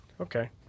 Okay